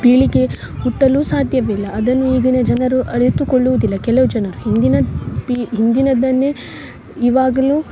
ಪೀಳಿಗೆ ಹುಟ್ಟಲು ಸಾಧ್ಯವಿಲ್ಲ ಅದನ್ನು ಈಗಿನ ಜನರು ಅಳಿತುಕೊಳ್ಳುವುದಿಲ್ಲ ಕೆಲವು ಜನರು ಹಿಂದಿನ ಪೀ ಹಿಂದಿನದನ್ನೆ ಇವಾಗಲೂ